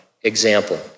example